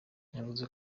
yavuze